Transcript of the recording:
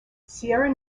sierra